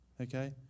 okay